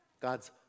God's